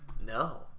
No